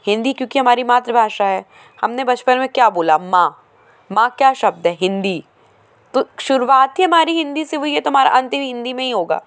हिन्दी क्योंकि हमारी मातृ भाषा है हमने बचपन में क्या बोल माँ माँ क्या शब्द है हिन्दी तो शुरुआत ही हमारी हिन्दी से हुई है तो हमारा अंत भी हिन्दी में ही होगा